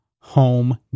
home